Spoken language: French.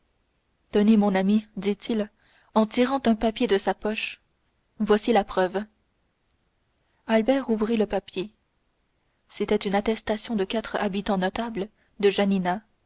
tenez mon ami dit-il en tirant un papier de sa poche voici la preuve albert ouvrit le papier c'était une attestation de quatre habitants notables de janina